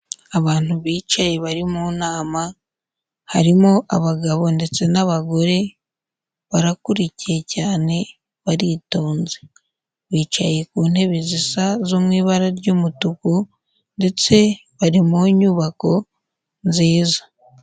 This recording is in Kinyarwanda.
Abantu bicaye bari mu nama harimo abagabo ndetse n'abagore barakurikiye cyane baritonze, bicaye ku ntebe zisa zo mu ibara ry'umutuku ndetse bari mu nyubako nziza.